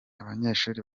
abanyeshuri